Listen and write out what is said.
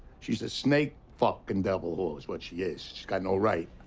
she's a snake fucking devil whore is what she is. she's got no right.